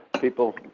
People